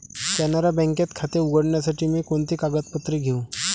कॅनरा बँकेत खाते उघडण्यासाठी मी कोणती कागदपत्रे घेऊ?